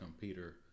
Peter